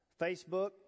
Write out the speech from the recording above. Facebook